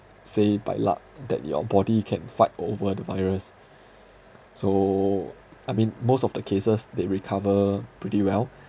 say by luck that your body can fight over the virus so I mean most of the cases they recover pretty well